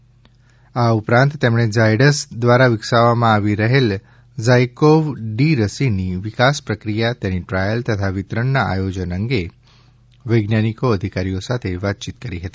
D આ ઉપરાંત તેમણે ઝાયડ્સ દ્વારા વિકસાવવામાં આવી રહેલી ઝાયકોવ રસીની વિકાસ પ્રક્રિયા તેની ટ્રાયલ તથા વિતરણના આયોજન અંગે વૈજ્ઞાનિકો અધિકારીઓ સાથે વાતચીત કરી હતી